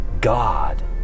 God